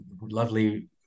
lovely